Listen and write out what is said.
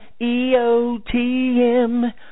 EOTM